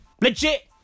Legit